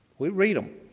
we read them.